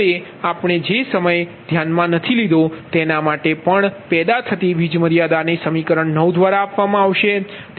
હવે આપણે જે સમય ધ્યાનમા નથી લીધો તેના માટે પણ પેદા થતી વીજ મર્યાદાને સમીકરણ 9 દ્વારા આપવામાં આવશે